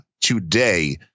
today